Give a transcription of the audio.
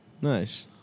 Nice